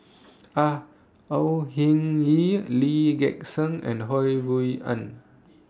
Au O Hing Yee Lee Gek Seng and Ho Rui An